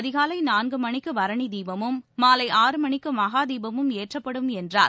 அதிகாலை நான்கு மணிக்கு பரணி தீபமும் மாலை ஆறு மணிக்கு மகா தீபமும் ஏற்றப்படும் என்று கூறினார்